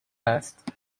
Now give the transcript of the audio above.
است